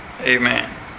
Amen